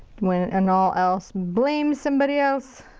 when and all else, blame somebody else!